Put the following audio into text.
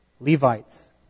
Levites